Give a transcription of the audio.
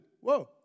whoa